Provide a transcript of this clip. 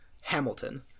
Hamilton